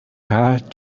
hard